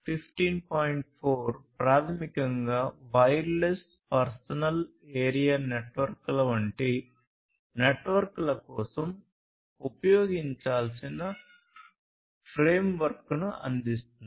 4 ప్రాథమికంగా wireless personal area నెట్వర్క్ల వంటి నెట్వర్క్ల కోసం ఉపయోగించాల్సిన ఫ్రేమ్వర్క్ను అందిస్తుంది